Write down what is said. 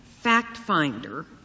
fact-finder